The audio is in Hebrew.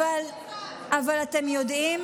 אבל אתם יודעים,